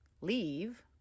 leave